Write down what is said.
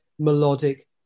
melodic